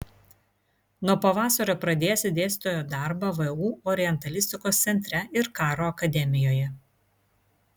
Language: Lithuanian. nuo pavasario pradėsi dėstytojo darbą vu orientalistikos centre ir karo akademijoje